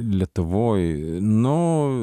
lietuvoj nu